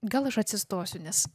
gal aš atsistosiu nes